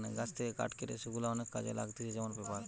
গাছ থেকে কাঠ কেটে সেগুলা অনেক কাজে লাগতিছে যেমন পেপার